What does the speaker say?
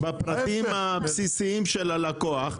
עם הפרטים הבסיסיים של הלקוח,